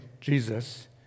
Jesus